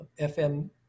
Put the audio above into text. fm